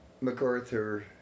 MacArthur